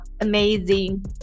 amazing